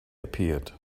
appeared